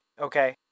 Okay